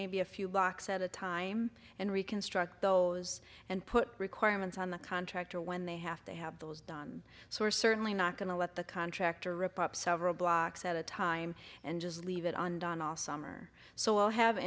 maybe a few blocks at a time and reconstruct those and put requirements on the contractor when they have to have those done so we're certainly not going to let the contractor rip up several blocks at a time and just leave it on and on all summer so we'll have